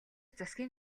засгийн